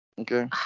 Okay